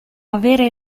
avere